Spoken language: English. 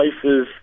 places